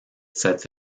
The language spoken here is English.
sets